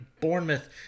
Bournemouth